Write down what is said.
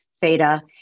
Theta